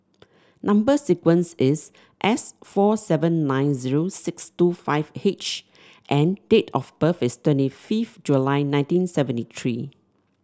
number sequence is S four seven nine zero six two five H and date of birth is twenty fifth July nineteen seventy three